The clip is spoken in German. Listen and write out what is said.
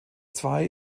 zwei